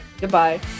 Goodbye